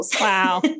Wow